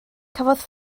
cafodd